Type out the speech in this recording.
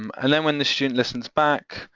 um and then when the student listens back,